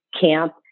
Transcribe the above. Camp